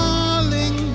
Darling